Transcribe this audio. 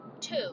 two